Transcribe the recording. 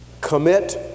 commit